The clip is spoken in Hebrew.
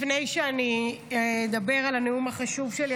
לפני שאני אדבר על הנאום החשוב שלי,